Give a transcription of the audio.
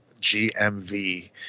GMV